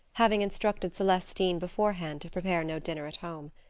having instructed celestine beforehand to prepare no dinner at home.